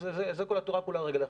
זו כל התורה כולה על רגל אחת.